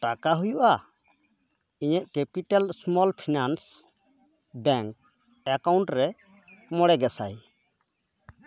ᱴᱟᱠᱟ ᱦᱩᱭᱩᱜᱼᱟ ᱤᱧᱟᱹᱜ capital small finance bank account ᱨᱮ ᱢᱚᱬᱮ ᱜᱮᱥᱟᱭ